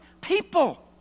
people